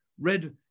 read